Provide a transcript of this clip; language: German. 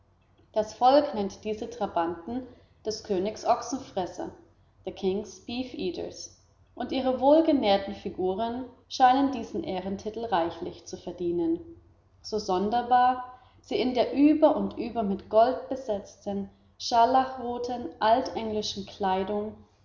das volk nennt diese trabanten des königs ochsenfresser the king's beefeaters und ihre wohlgenährten figuren scheinen diesen ehrentitel reichlich zu verdienen so sonderbar sie in der über und über mit gold besetzten scharlachroten altenglischen kleidung